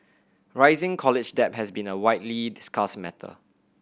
rising college debt has been a widely discussed matter